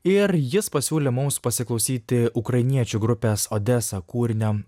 ir jis pasiūlė mums pasiklausyti ukrainiečių grupės odesa kūrinio